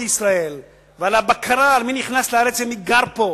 לישראל ולבקרה על מי נכנס לארץ ומי גר פה,